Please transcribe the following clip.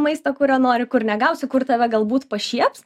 maistą kurio nori kur negausi kur tave galbūt pašieps